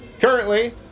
Currently